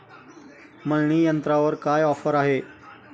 मळणी यंत्रावर काय ऑफर आहे?